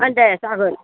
दे जागोन